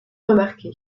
remarqué